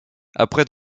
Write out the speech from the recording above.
après